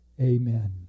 amen